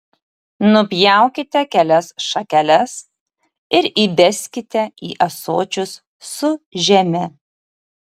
nupjaukite kelias šakeles ir įbeskite į ąsočius su žeme